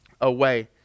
away